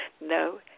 No